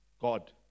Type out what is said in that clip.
God